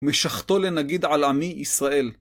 משחתו לנגיד על עמי ישראל.